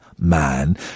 man